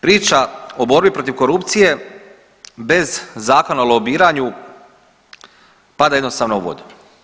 Priča o borbi protiv korupcije bez zakona o lobiranju pada jednostavno u vodu.